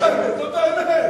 אבל זאת האמת.